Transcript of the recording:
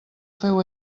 feu